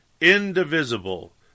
indivisible